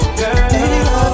girl